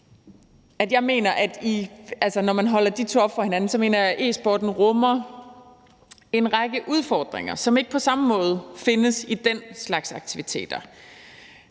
jeg mener, at når man holder de to ting op mod hinanden, rummer e-sporten en række udfordringer, som ikke på samme måde findes i den anden slags aktiviteter.